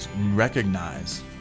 recognize